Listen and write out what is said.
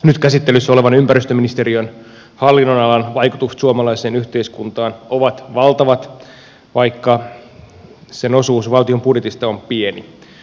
nyt käsittelyssä olevan ympäristöministeriön hallinnonalan vaikutukset suomalaiseen yhteiskuntaan ovat valtavat vaikka sen osuus valtion budjetista on pieni